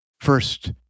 First